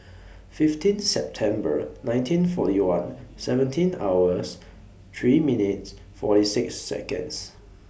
fifteen September nineteen forty one seventeen hours three minutes forty six Seconds